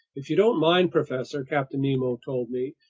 if you don't mind, professor, captain nemo told me,